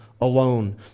alone